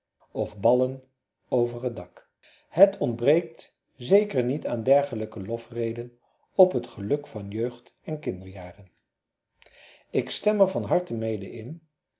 of ballen over t dak het ontbreekt zeker niet aan dergelijke lofredenen op het geluk van jeugd en kinderjaren ik stem er van harte mede in